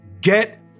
get